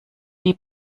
die